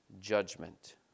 judgment